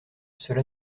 cela